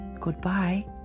Goodbye